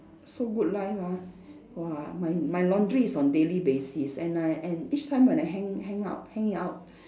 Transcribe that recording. so good life ah !wah! my my laundry is on daily basis and I and each time when I hang hang out hang it out